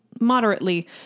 moderately